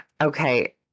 okay